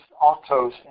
autos